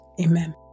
Amen